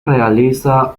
realiza